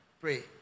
pray